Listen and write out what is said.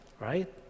right